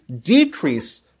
decrease